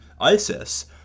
ISIS